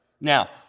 Now